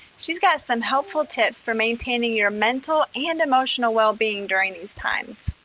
she's got some helpful tips for maintaining your mental and emotional wellbeing during these times.